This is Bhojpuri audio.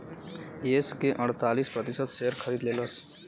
येस के अड़तालीस प्रतिशत शेअर खरीद लेलस